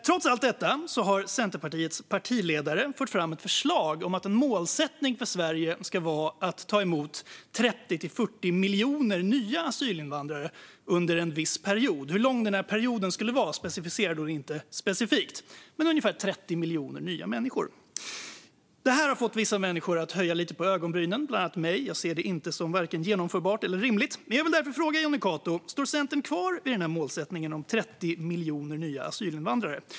Trots allt detta har Centerpartiets partiledare fört fram ett förslag om att en målsättning för Sverige ska vara att ta emot 30-40 miljoner nya asylinvandrare under en viss period. Hur lång denna period skulle vara specificerade hon inte, men det handlade alltså om ungefär 30 miljoner nya människor. Detta har fått vissa att höja lite på ögonbrynen, bland annat mig. Jag ser det inte som vare sig genomförbart eller rimligt. Därför vill jag fråga Jonny Cato: Står Centern kvar vid målsättningen om 30 miljoner nya asylinvandrare?